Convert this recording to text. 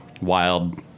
wild